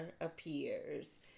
appears